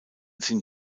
sind